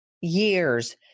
years